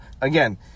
Again